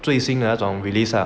最新那种 released ah